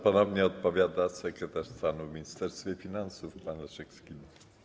Ponownie odpowiada sekretarz stanu w Ministerstwie Finansów pan Leszek Skiba.